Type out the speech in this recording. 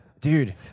Dude